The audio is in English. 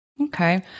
Okay